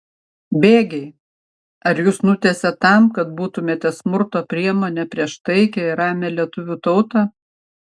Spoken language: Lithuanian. bėgiai ar jus nutiesė tam kad būtumėte smurto priemonė prieš taikią ir ramią lietuvių tautą